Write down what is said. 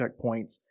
checkpoints